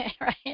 right